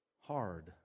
hard